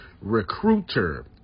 Recruiter